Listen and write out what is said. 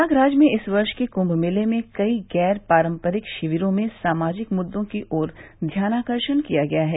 प्रयागराज में इस वर्ष के कुंभ मेले में कई गैर पारंपरिक शिविरों में सामाजिक मुद्दों की ओर ध्यानाकर्षण किया गया है